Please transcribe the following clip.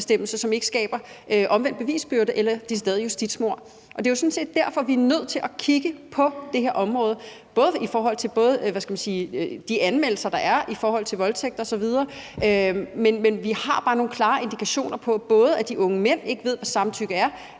som ikke skaber omvendt bevisbyrde eller decideret justitsmord. Det er jo sådan set derfor, vi er nødt til at kigge på det her område, både i forhold til de anmeldelser, der er i forhold til voldtægt osv., men vi har også bare nogle klare indikationer på, at de unge mænd ikke ved, hvad samtykke er,